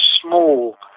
small